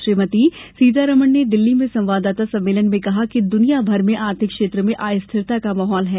श्रीमती सीतारमण ने दिल्ली में संवाददाता सम्मेलन में कहा कि दुनिया भर में आर्थिक क्षेत्र में अस्थिरता का माहौल है